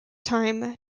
time